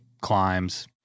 climbs